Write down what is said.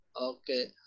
Okay